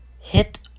hit